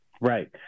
Right